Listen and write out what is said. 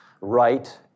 right